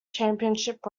championship